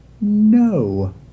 no